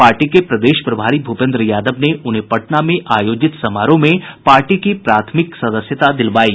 party के प्रदेश प्रभारी भूपेन्द्र यादव ने उन्हें पटना में आयोजित समारोह में पार्टी की प्राथमिक सदस्यता दिलवायी